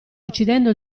uccidendo